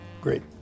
great